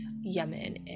Yemen